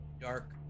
dark